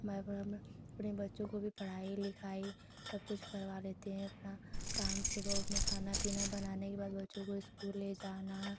मैं अपने बच्चों की भी पढ़ाई लिखाई सबकुछ करवा लेते हैं अपना काम सुबह उठने खाना पीना बनाने के बाद बच्चों को स्कूल ले जाना